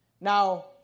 Now